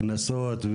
קנסות,